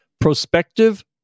Prospective